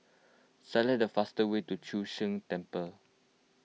select the fastest way to Chu Sheng Temple